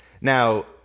Now